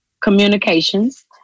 communications